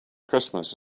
christmas